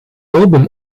album